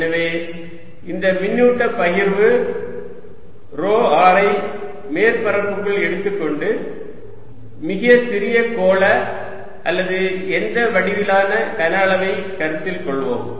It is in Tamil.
எனவே இந்த மின்னூட்ட பகிர்வு ρ r ஐ மேற்பரப்புக்குள் எடுத்துக்கொண்டு மிகச் சிறிய கோள அல்லது எந்த வடிவிலான கன அளவை கருத்தில் கொள்வோம்